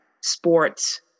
Sports